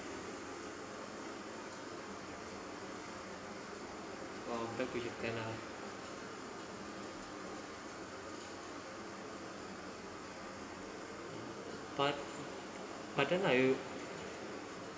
oh that way you can ah but but then I